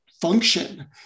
function